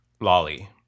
lolly